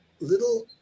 little